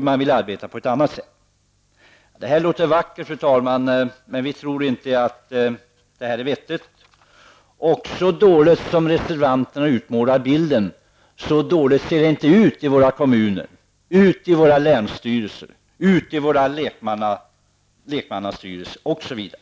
Man vill i stället arbeta på ett annat sätt. Fru talman! Det här låter vackert, men vi tror inte att det är vettigt. Så dåligt som reservanterna utmålar läget är det inte ut i våra kommuner, länsstyrelser, lekmannastyrelser, osv.